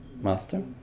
Master